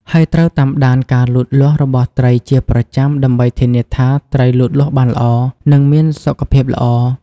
ហើយត្រូវតាមដានការលូតលាស់របស់ត្រីជាប្រចាំដើម្បីធានាថាត្រីលូតលាស់បានល្អ និងមានសុខភាពល្អ។